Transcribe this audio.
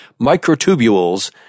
microtubules